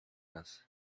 raz